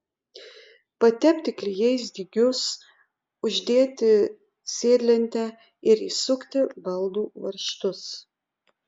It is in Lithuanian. patepti klijais dygius uždėti sėdlentę ir įsukti baldų varžtus